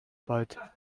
but